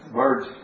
birds